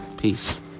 peace